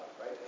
right